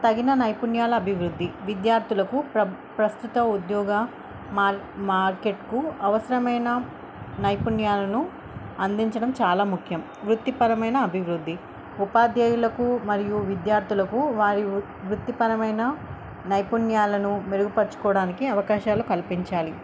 తగిన నైపుణ్యాల అభివృద్ధి విద్యార్థులకు ప్రస్తుత ఉద్యోగ మార్కెట్కు అవసరమైన నైపుణ్యాలను అందించడం చాలా ముఖ్యం వృత్తిపరమైన అభివృద్ధి ఉపాధ్యాయులకు మరియు విద్యార్థులకు వారి వృత్తిపరమైన నైపుణ్యాలను మెరుగుపరచుకోవడానికి అవకాశాలు కల్పించాలి